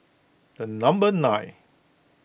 the number nine